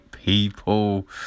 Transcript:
People